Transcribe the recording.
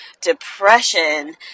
depression